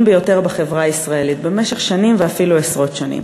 ביותר בחברה הישראלית במשך שנים ואפילו עשרות שנים.